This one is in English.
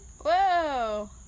Whoa